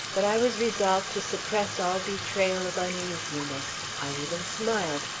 but i was resolved to suppress all betrayal of uneasiness. i even smiled,